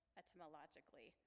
etymologically